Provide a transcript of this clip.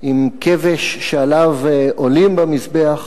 עם כבש שעליו עולים במזבח,